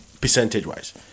percentage-wise